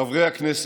חברי הכנסת,